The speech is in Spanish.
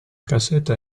caseta